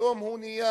פתאום הוא נהיה